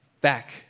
Back